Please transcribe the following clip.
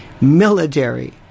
military